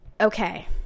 Okay